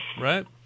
right